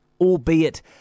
albeit